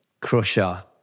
crusher